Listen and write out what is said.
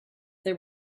they